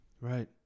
Right